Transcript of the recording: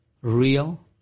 real